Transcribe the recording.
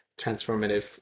Transformative